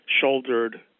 shouldered